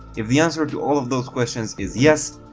if the answer to all of those questions is yes,